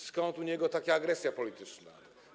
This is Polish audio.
Skąd u niego taka agresja polityczna?